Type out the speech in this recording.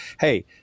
hey